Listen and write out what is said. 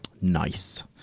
Nice